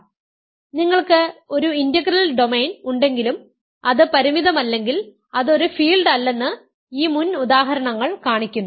അതിനാൽ നിങ്ങൾക്ക് ഒരു ഇന്റഗ്രൽ ഡൊമെയ്ൻ ഉണ്ടെങ്കിലും അത് പരിമിതമല്ലെങ്കിൽ അത് ഒരു ഫീൽഡ് അല്ലെന്ന് ഈ മുൻ ഉദാഹരണങ്ങൾ കാണിക്കുന്നു